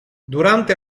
durante